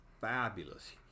fabulous